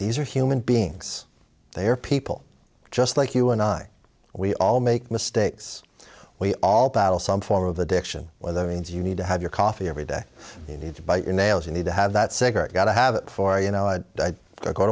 these are human beings they are people just like you and i we all make mistakes we all battle some form of addiction whether it is you need to have your coffee every day you need to bite your nails you need to have that cigarette got to have it for you know it or go